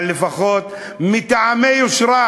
אבל לפחות מטעמי יושרה,